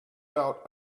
out